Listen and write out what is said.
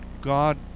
God